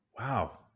Wow